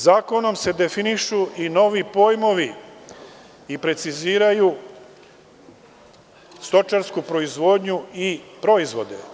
Zakonom se definišu i novi pojmovi i preciziraju stočarsku proizvodnju i proizvode.